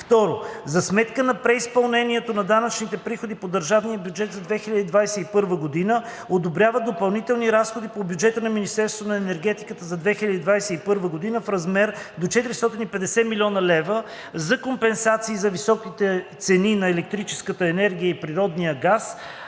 г. 2. За сметка на преизпълнението на данъчните приходи по държавния бюджет за 2021 г. одобрява допълнителни разходи по бюджета на Министерството на енергетиката за 2021 г. в размер до 450 млн. лв. за компенсация за високите цени на електрическата енергия и природния газ